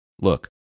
Look